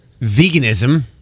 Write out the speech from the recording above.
Veganism